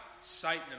Satan